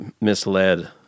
Misled